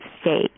state